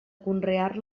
conrear